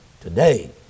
today